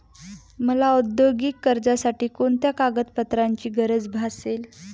मला औद्योगिक कर्जासाठी कोणत्या कागदपत्रांची गरज भासेल?